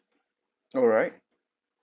alright